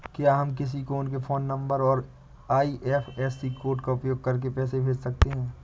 क्या हम किसी को उनके फोन नंबर और आई.एफ.एस.सी कोड का उपयोग करके पैसे कैसे भेज सकते हैं?